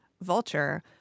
Vulture